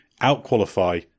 out-qualify